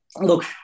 look